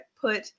put